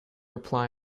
apply